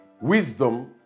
Wisdom